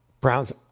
Browns